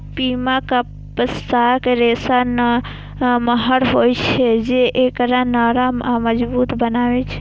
पीमा कपासक रेशा नमहर होइ छै, जे एकरा नरम आ मजबूत बनबै छै